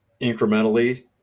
incrementally